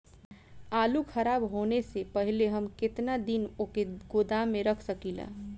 आलूखराब होने से पहले हम केतना दिन वोके गोदाम में रख सकिला?